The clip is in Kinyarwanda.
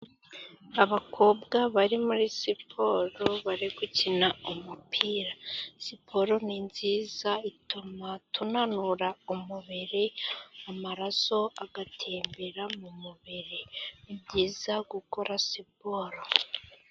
Abakobwa bari muri siporo bari gukina umupira siporo ni nziza ituma tunanura umubiri amaraso agatembera mu mubiri ni byiza gukora siporo.